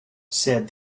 said